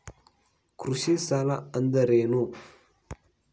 ಕೃಷಿ ಸಾಲ ಅಂದರೇನು?